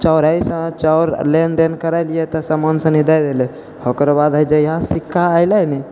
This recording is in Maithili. चाउरेसँ चाउर लेनदेन करैलिए तऽ समान सनी दे देलै ओकर बाद जे हइ जहिआसँ सिक्का अएलै ने